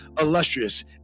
illustrious